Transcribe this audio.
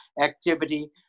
activity